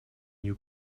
new